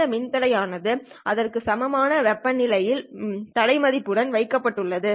இந்த மின்தடை ஆனது அதற்கு சமமான வெப்ப நிலை உள்ள தடை மதிப்பு உடன் வைக்கப்பட்டுள்ளது